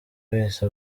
wese